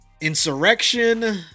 Insurrection